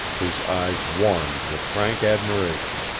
his eyes warmed with frank admiration.